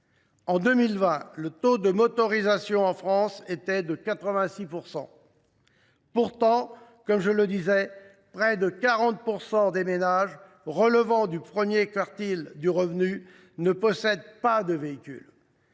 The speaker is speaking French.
En 2020, le taux de motorisation en France était de 86 %. Pourtant, comme je le disais, près de 40 % des ménages relevant du premier quartile de revenus ne possèdent pas de véhicule.